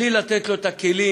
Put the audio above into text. בלי לתת לו את הכלים